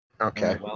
Okay